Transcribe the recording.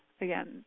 again